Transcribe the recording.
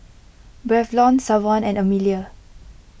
Braylon Savon and Emelia